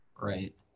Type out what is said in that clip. right